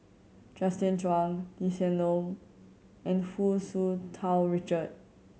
Justin Zhuang Lee Hsien Loong and Hu Tsu Tau Richard